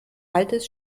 altes